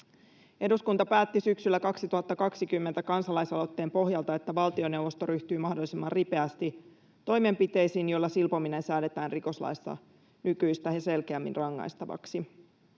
Eduskunta päätti syksyllä 2020 kansalaisaloitteen pohjalta, että valtioneuvosto ryhtyy mahdollisimman ripeästi toimenpiteisiin, joilla silpominen säädetään rikoslaissa nykyistä selkeämmin rangaistavaksi.